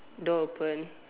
door open